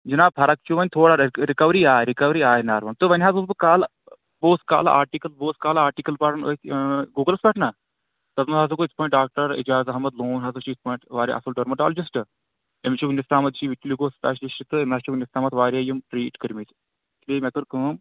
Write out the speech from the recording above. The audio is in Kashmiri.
جِناب فرق چھُ وۄنۍ تھوڑا رِکوری آے رِکوری آیہِ نَروَن تہٕ وۅنۍ حظ اوس بہٕ کالہٕ بہٕ اوسُس کالہٕ آٹِکَل بہٕ اوسُس کالہٕ آٹِکَل پرُن أتھۍ گوٗگلَس پٮ۪ٹھ نا تَتھ منٛز ہسا گوٚو یِتھ پٲٹھۍ ڈاکٹر اِجاز احمد لون ہَسا چھُ یِتھ پٲٹھۍ واریاہ اَصٕل ڈرمٹالجِسٹ أمِس چھُ وٕنکِس تامَتھ چھِ وٕتہِ گوٚو سُپیشلِسٹ تہٕ مےٚ حظ چھِ وٕنکِس تامَتھ واریاہ یِم ٹریٖٹ کٔرۍ مٕتۍ مےٚ کٔر کٲم